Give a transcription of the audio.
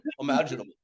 imaginable